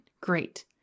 great